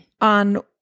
on